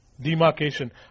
demarcation